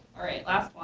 alright, last one.